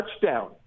touchdown